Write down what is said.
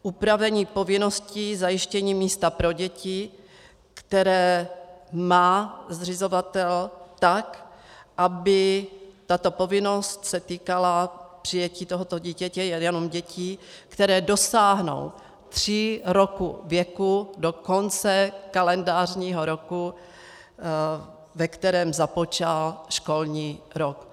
Upravení povinnosti zajištění místa pro děti, které má zřizovatel, tak, aby tato povinnost se týkala přijetí tohoto dítěte... jenom dětí, které dosáhnou tří roků věku do konce kalendářního roku, ve kterém započal školní rok.